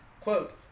quote